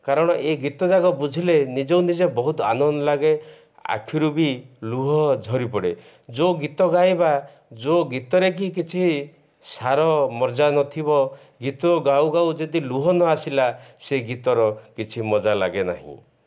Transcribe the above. କାରଣ ଏ ଗୀତ ଯାକ ବୁଝିଲେ ନିଜେ ନିଜେ ବହୁତ ଆନନ୍ଦ ଲାଗେ ଆଖିରୁ ବି ଲୁହ ଝରିପଡ଼େ ଯେଉଁ ଗୀତ ଗାଇବା ଯେଉଁ ଗୀତରେ କିି କିଛି ସାର ମଜା ନଥିବ ଗୀତ ଗାଉ ଗାଉ ଯଦି ଲୁହ ନ ଆସିଲା ସେ ଗୀତର କିଛି ମଜା ଲାଗେ ନାହିଁ